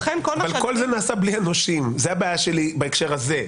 כל זה נעשה בלי הנושים, זו הבעיה שלי בהקשר הזה.